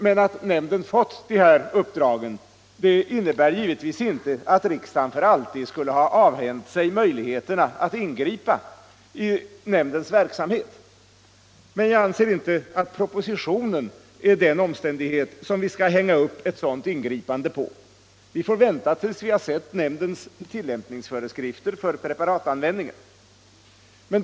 Men att nämnden fått det här uppdraget innebär givetvis inte att riksdagen för alltid skulle ha avhänt sig möjligheterna att ingripa i nämndens verksamhet. Jag anser emellertid inte att propositionen är vad vi skall hänga upp ett sådant ingripande på. Vi får vänta tills vi har sett nämndens tillämpningsföreskrifter för preparatanvändningen.